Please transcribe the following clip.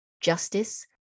justice